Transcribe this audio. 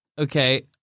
Okay